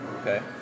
Okay